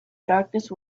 darkness